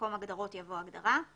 במקום "הגדרות" יבוא "הגדרה";